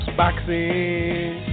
boxing